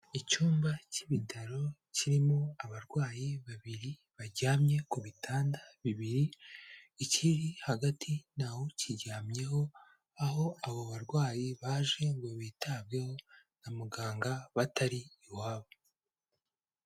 Icyumba cy'ibitaro kirimo abarwayi babiri baryamye ku bitanda bibiri ikiri hagati ntawe ukiryamyeho, aho abo barwayi baje ngo bitabweho na muganga batari iwabo.